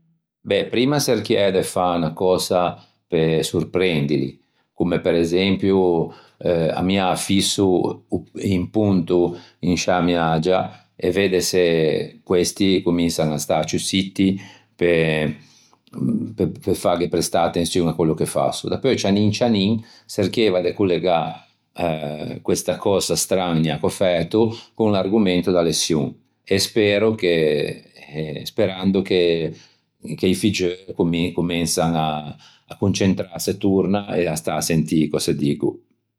Beh primma çerchiæ de fa unna cösa pe sorprendili comme per esempio ammiâ fisso un ponto in sciâ miagia e vedde se questi cominsan à stâ ciù sitti pe pe fâghe prestâ attençion à quello che fasso, dapeu cianin cianin çerchieiva de collegâ eh questa cösa strania ch'ò fæto con l'argomento da leçion e spero che eh sperando che che i figgeu comensan à concentrase torna e à stâ à sentî cöse diggo.